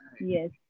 Yes